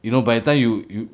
you know by the time you you